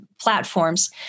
platforms